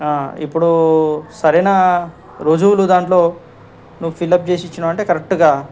ఇప్పుడు సరైన రుజువులు కూడా దాంట్లో నువ్వు ఫిలప్ చేసి ఇచ్చావంటే కరెక్ట్గా